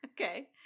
Okay